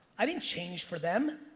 i didn't change for them.